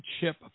chip